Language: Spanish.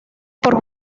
por